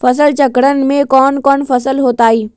फसल चक्रण में कौन कौन फसल हो ताई?